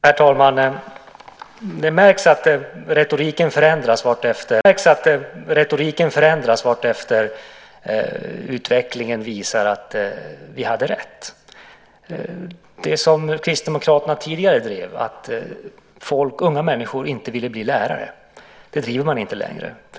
Herr talman! Det märks att retoriken förändras vartefter utvecklingen visar att vi hade rätt. Det som Kristdemokraterna tidigare drev, att unga människor inte ville bli lärare, driver man inte längre.